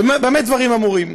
במה דברים אמורים?